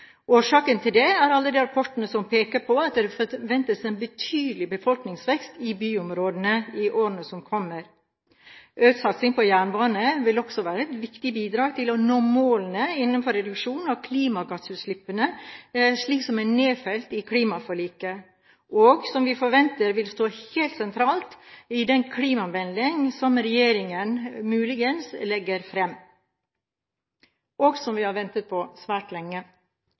Årsaken til det er alle de rapportene som pekte på at det forventes en betydelig befolkningsvekst i byområdene i årene som kommer. Økt satsing på jernbane vil også være et viktig bidrag til å nå målene om reduksjon av klimagassutslippene, slik de er nedfelt i klimaforliket, og som vi forventer vil stå helt sentralt i den klimameldingen som regjeringen – muligens – legger fram, og som vi har ventet på svært lenge.